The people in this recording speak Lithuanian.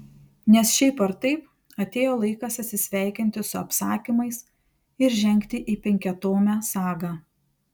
nes šiaip ar taip atėjo laikas atsisveikinti su apsakymais ir žengti į penkiatomę sagą